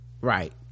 right